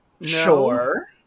Sure